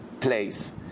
place